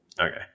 Okay